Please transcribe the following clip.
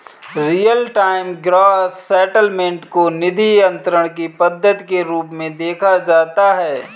real time gross settlement को निधि अंतरण की पद्धति के रूप में देखा जाता है